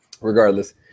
regardless